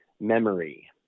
memory